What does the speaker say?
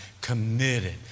committed